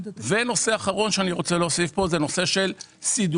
ונושא אחרון שאני רוצה להוסיף פה זה נושא של סידורים.